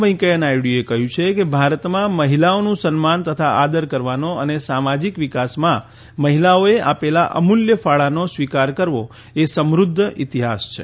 વૈકૈયા નાયડુએ કહ્યું છેકે ભારતમાં મહિલાઓનું સન્માન તથા આદર કરવાનો અને સામાજિક વિકાસમાં મહિલાઓએ આપેલા અમૂલ્ય ફાળાનો સ્વીકાર કરવો એ સમૃધ્ધ ઈતિહાસ છે